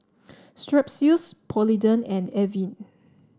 Strepsils Polident and Avene